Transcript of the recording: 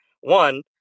One